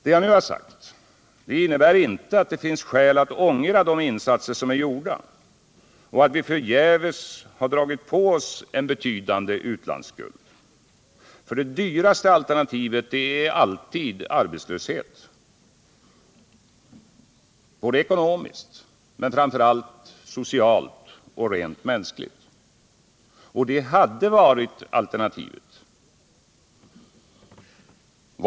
Det jag nu sagt innebär inte att det finns skäl att ångra de insatser som är gjorda och att vi förgäves dragit på oss en betydande utlandsskuld. Det dyraste alternativet är alltid arbetslöshet, ekonomiskt men framför allt socialt och rent mänskligt. Och det hade varit alternativet.